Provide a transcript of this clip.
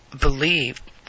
believed